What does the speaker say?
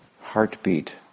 heartbeat